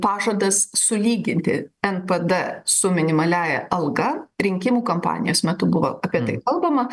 pažadas sulyginti npd su minimaliąja alga rinkimų kampanijos metu buvo apie tai kalbama